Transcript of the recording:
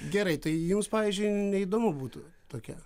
gerai tai jums pavyzdžiui neįdomu būtų tokia